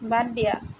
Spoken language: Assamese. বাদ দিয়া